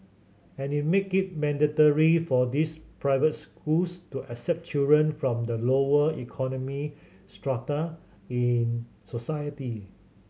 and make it mandatory for these private schools to accept children from the lower economic strata in society